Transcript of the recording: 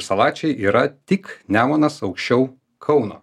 salačiai yra tik nemunas aukščiau kauno